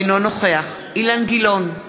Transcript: אינו נוכח אילן גילאון,